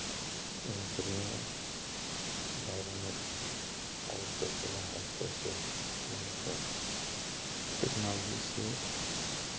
नौकरियाें दायरे में और कैसे बढ़ाएँ कैसे मदद करें टेक्नोलॉजी से